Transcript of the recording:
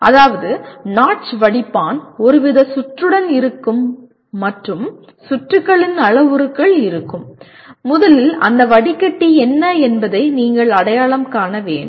அதாவது நாட்ச் வடிப்பான் ஒருவித சுற்றுடன் இருக்கும் மற்றும் சுற்றுகளின் அளவுருக்கள் இருக்கும் முதலில் அந்த வடிகட்டி என்ன என்பதை நீங்கள் அடையாளம் காண வேண்டும்